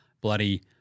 bloody